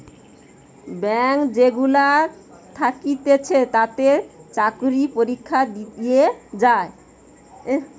bank যেগুলা থাকতিছে তাতে চাকরি পরীক্ষা দিয়ে পায়